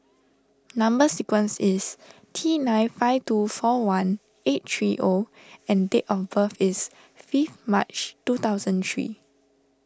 Number Sequence is T nine five two four one eight three O and date of birth is fifth March two thousand three